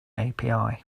api